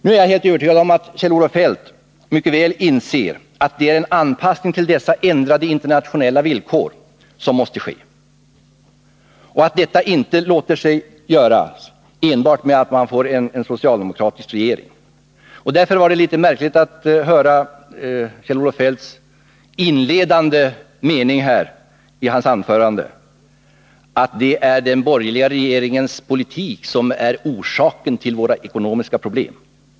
Nu är jag helt övertygad om att Kjell-Olof Feldt mycket väl inser att det är en anpassning till dessa ändrade internationella villkor som måste ske och att detta inte låter sig göra enbart genom att vi får en socialdemokratisk regering. Därför var det litet märkligt att höra Kjell-Olof Feldts inledande mening i hans anförande, nämligen att det är den borgerliga regeringens politik som är orsaken till våra ekonomiska problem.